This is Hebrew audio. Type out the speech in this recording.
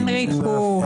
נפל.